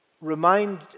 remind